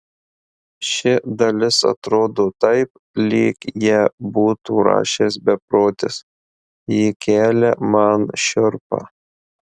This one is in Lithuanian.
ši dalis atrodo taip lyg ją būtų rašęs beprotis ji kelia man šiurpą